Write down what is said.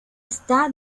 está